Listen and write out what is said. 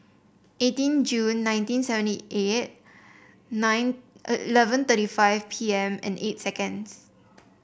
eighteen June nineteen seventy eight nine eleven thirty five P M and eight seconds